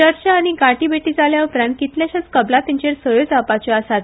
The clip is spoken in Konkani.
चर्चा आनी गाठीभेटी जाल्या उपरांत कितलेशाच कबलातींचेर सयो जावपाच्यो आसात